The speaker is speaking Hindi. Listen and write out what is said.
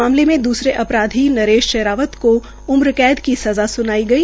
मामले में दूसरे अपराधी शेरावत को उम्रकैद की सज़ा सुनाई गई